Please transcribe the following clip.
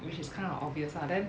which is kind of obvious lah then